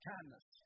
Kindness